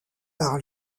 par